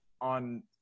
on